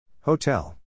Hotel